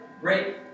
Great